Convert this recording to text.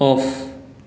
off